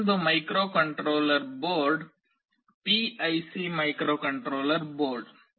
ಮತ್ತೊಂದು microcontroller board PIC microcontroller board